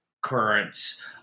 currents